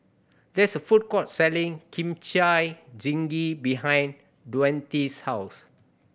there is a food court selling Kimchi Jjigae behind Daunte's house